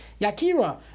yakira